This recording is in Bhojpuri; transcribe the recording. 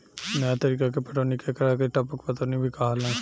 नया तरीका के पटौनी के एकरा के टपक पटौनी भी कहाला